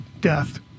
death